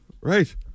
Right